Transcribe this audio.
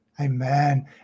amen